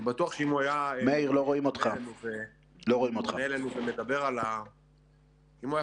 אם הוא היה פונה אלינו ומדבר על הנושא,